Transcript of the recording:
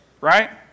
Right